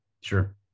Sure